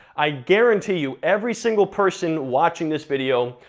i guarantee you every single person watching this video,